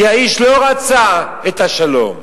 כי האיש לא רצה את השלום.